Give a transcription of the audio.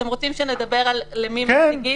אתם רוצים שנדבר על השאלה למי משיגים?